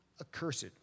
accursed